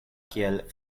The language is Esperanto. kiel